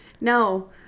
No